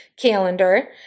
calendar